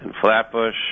Flatbush